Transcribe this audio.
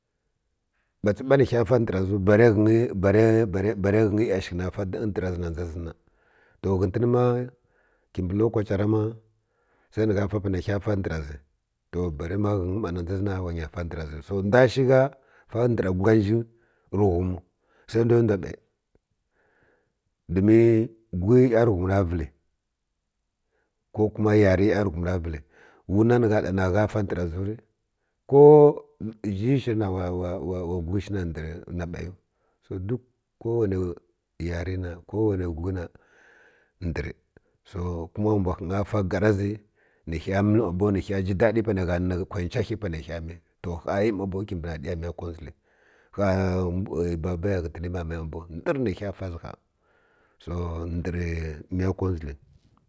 Bats ba nə hai fa ndər ziw ba lə ghə nyi yasəki na fa ndəra zi na ɗʒu zi na to ghəten ma kiji lokace ra ma sa nə gha fa panə ghə fa ndər zi to balə ma ghər nyi ma na dʒu zi na wa nya fa ndar zi su ndw shi gha fa ndəra gura njiw rə ghumu sa du ndw bə domin guni yarighum ra vəl ko kuma yuri yau dhuma ra vəl wuna nə gha ɗa na gha h pa ndəru ziw rə ko zhi shir na wa guri shi na ndər na bew so duk ko wanə yari na ko wangwi ha ndər so kuma ira mnw ghənyi fa gara zi nə ghə mi ma bow nə gha jiɗaɗi punə gha ni kwa ncha ghə panə ghə ni so hayi ma bow kibi na ɗayi miya kodʒil gha ya mama ya ghəten baba yu ma bow ndər nə k ghə fa so ndər miya kodʒil.